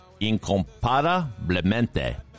Incomparablemente